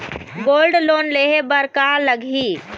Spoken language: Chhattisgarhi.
गोल्ड लोन लेहे बर का लगही?